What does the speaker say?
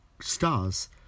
stars